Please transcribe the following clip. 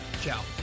Ciao